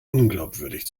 unglaubwürdig